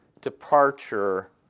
departure